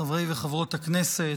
חברי וחברות הכנסת,